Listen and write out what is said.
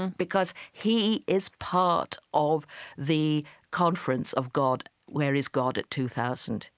because he is part of the conference of god, where is god at two thousand?